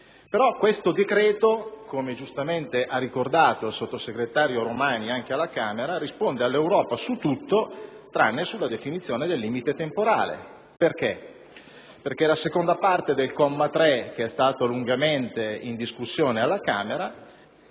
Però questo decreto, come giustamente ha ricordato il sottosegretario Romani anche alla Camera, risponde all'Europa su tutto, tranne che sulla definizione del limite temporale, perché la seconda parte del comma 3 dell'articolo 8-*novies* (che è stato lungamente in discussione alla Camera)